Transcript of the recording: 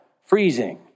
freezing